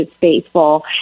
faithful